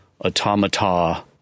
automata